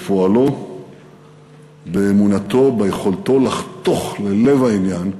בפועלו, באמונתו, ביכולתו לחתוך ללב העניין,